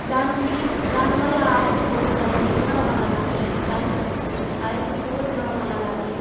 దాన్ని దాని వల్ల అరటిబొద్దు కానీ తినడం వల్ల గాని అరటిబోదు అరటిపువ్వు తినడం వల్ల కానీ